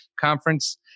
Conference